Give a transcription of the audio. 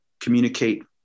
communicate